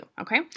okay